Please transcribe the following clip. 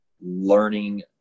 learning